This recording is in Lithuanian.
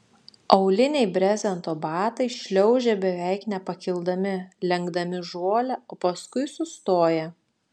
auliniai brezento batai šliaužia beveik nepakildami lenkdami žolę o paskui sustoja